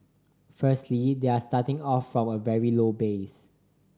firstly they are starting off from a very low base